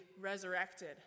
resurrected